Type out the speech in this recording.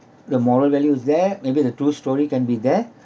the moral values there maybe the two story can be there